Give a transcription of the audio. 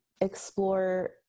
explore